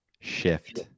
Shift